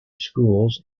schools